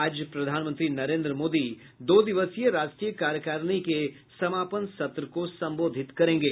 आज प्रधानमंत्री नरेन्द्र मोदी दो दिवसीय राष्ट्रीय कार्यकारिणी के समापन सत्र को संबोधित करेंगे